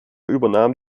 übernahm